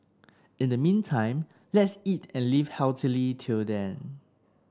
in the meantime let's eat and live healthily till then